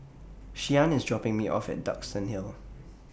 Shyann IS dropping Me off At Duxton Hill